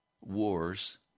wars